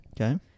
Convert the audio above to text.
Okay